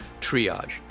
triage